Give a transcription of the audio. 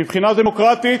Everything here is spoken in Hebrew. מבחינה דמוקרטית,